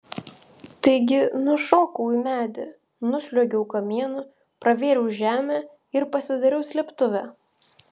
taigi nušokau į medį nusliuogiau kamienu pravėriau žemę ir pasidariau slėptuvę